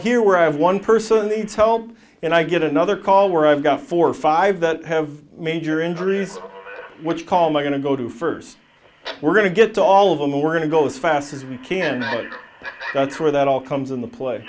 here where i have one person needs help and i get another call where i've got four or five that have major injuries which call my going to go to first we're going to get to all of them we're going to go this fast as we can that's where that all comes in the play